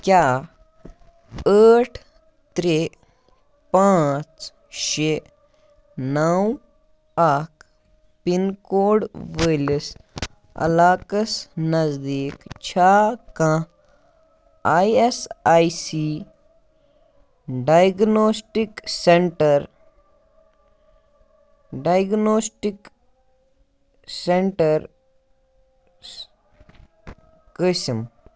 کیٛاہ ٲٹھ ترٛےٚ پانٛژھ شےٚ نَو اَکھ پِن کوڈ وٲلِس علاقَس نزدیٖک چھےٚ کانٛہہ I S I C diagnostic centre diagnostic centre قٲسم